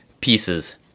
pieces